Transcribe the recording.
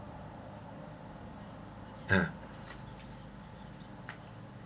uh